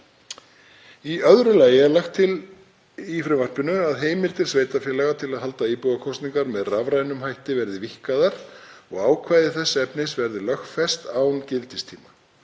Í öðru lagi er lagt til í frumvarpinu að heimildir sveitarfélaga til að halda íbúakosningar með rafrænum hætti verði víkkaðar og ákvæði þess efnis verði lögfest án gildistíma.